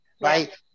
right